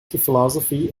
philosophy